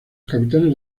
capitanes